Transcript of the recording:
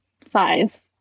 five